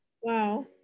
wow